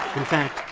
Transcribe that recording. in fact,